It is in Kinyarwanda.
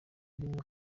rimwe